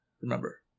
Remember